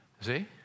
See